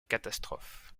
catastrophe